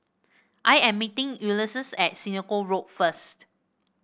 I am meeting Ulysses at Senoko Road first